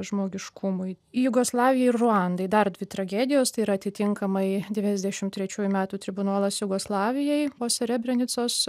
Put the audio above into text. žmogiškumui jugoslavijai ir ruandai dar dvi tragedijos tai yra atitinkamai devyniasdešim trečiųjų metų tribunolas jugoslavijai po srebrenicos